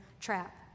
trap